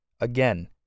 Again